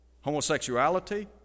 homosexuality